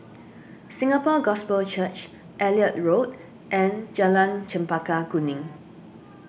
Singapore Gospel Church Elliot Road and Jalan Chempaka Kuning